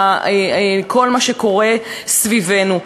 לכל מה שקורה סביבנו.